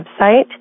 website